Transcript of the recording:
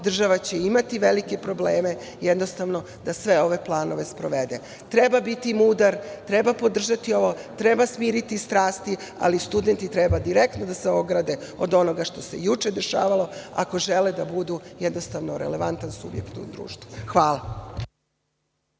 država će imati velike probleme, jednostavno, da sve ove planove sprovede. Treba biti mudar, treba podržati, treba smiriti strasti, ali studenti treba direktno da se ograde onoga što se juče dešavalo ako žele da budu jednostavno relevantan subjekat u društvu. Hvala.